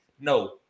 No